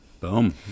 Boom